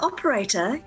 Operator